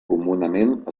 comunament